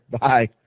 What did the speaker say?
Bye